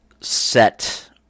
set